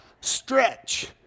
stretch